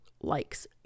Likes